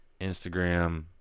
Instagram